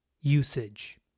usage